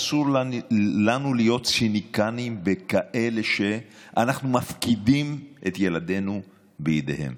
אסור לנו להיות ציניקנים במי שאנחנו מפקידים את ילדינו בידיהם.